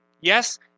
yes